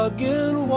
again